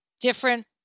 different